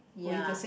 ya